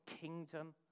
kingdom